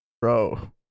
Bro